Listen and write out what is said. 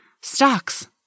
stocks